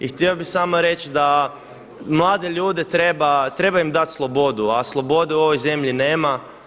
I htio bih samo reći da mlade ljude treba, treba im dati slobodu, a slobode u ovoj zemlji nema.